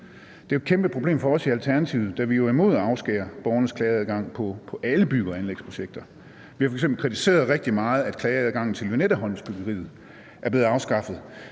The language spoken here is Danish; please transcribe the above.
Det er et kæmpeproblem for os i Alternativet, da vi jo er imod at afskære borgernes klageadgang i forbindelse med alle bygge- og anlægsprojekter. Vi har f.eks. kritiseret rigtig meget, at klageadgangen til Lynetteholmsbyggeriet er blevet afskaffet.